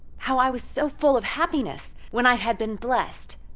how i was so full of happiness when i had been blessed,